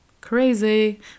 crazy